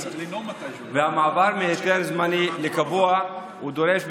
והמעבר מהיתר זמני לקבוע דורש,